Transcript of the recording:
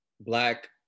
black